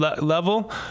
level